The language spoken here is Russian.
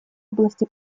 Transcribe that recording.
области